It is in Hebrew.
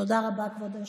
תודה רבה, כבוד היושב-ראש.